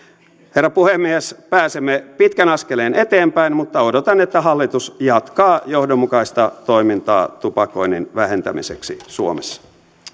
herra puhemies pääsemme pitkän askeleen eteenpäin mutta odotan että hallitus jatkaa johdonmukaista toimintaa tupakoinnin vähentämiseksi suomessa